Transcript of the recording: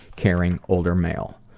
caring, older male.